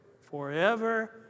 forever